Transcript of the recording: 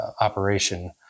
operation